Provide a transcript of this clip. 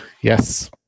Yes